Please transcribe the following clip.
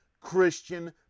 Christian